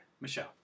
Michelle